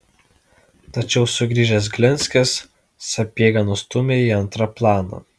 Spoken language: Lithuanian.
tačiau sugrįžęs glinskis sapiegą nustūmė į antrą planą